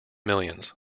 millions